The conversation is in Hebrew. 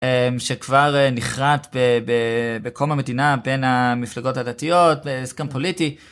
שכבר נחרט בקום המדינה בין המפלגות הדתיות הסכם פוליטי.